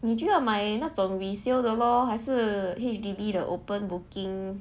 你就要买那种 resale the lor 还是 H_D_B the open booking